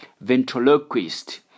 ventriloquist